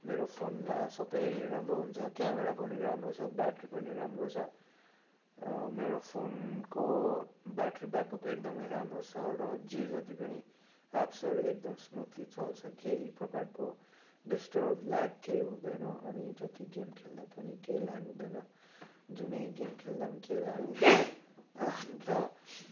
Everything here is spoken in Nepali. मेरो फोनमा सबै राम्रो हुन्छ क्यामेरा पनि राम्रो छ ब्याट्री पनि राम्रो छ मेरो फोनको ब्याट्री ब्याकअप एकदमै राम्रो छ र जे जति पनि एप्सहरू एकदम स्मुदली चल्छ केही प्रकारको डिस्टर्ब ल्याक केही हुँदैन अनि जति गेम खेल्दा पनि केही ल्याक हुँदैन जुनै गेम खेल्दा पनि केही ल्याक अन्त